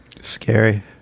scary